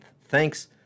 Thanks